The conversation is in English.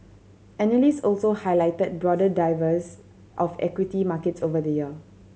analyst also highlighted broader divers of equity markets over the year